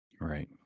Right